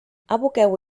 aboqueu